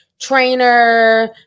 trainer